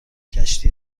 کشتی